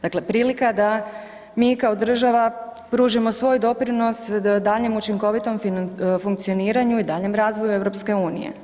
Dakle, prilika da mi kao država pružimo svoj doprinos daljnjem učinkovitom funkcioniranju i daljnjem razvoju EU.